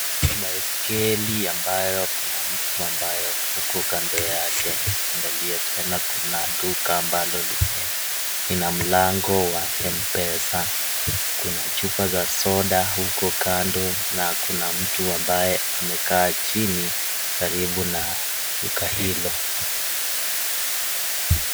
Baiskeli ambayo kuna mtu ambayo ako kando yake ukiangalia tena kuna duka ambalo lina mlango wa M-pesa kuna chupa za soda huko kando na kuna mtu ambaye amekaa chini karibu na duka hilo.